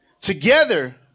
Together